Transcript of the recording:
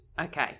Okay